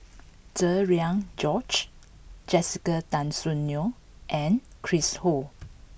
Cherian George Jessica Tan Soon Neo and Chris Ho